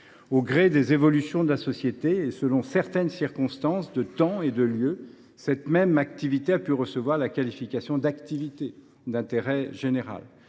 au gré des évolutions de la société, et selon certaines circonstances de temps et de lieu, cette même activité a pu recevoir la qualification d’activité d’intérêt général.